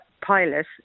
pilot